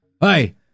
Hey